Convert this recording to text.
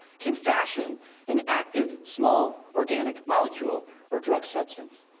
can fashion an active, small, organic molecule or drug substance.